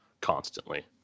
constantly